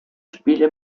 spiele